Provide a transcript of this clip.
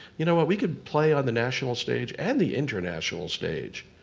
you know what we could play on the national stage and the international stage.